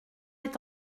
est